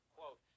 quote